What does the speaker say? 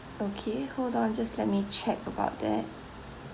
okay hold on just let me check about that